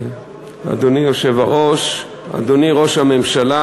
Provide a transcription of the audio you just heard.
אדוני היושב-ראש, אדוני ראש הממשלה,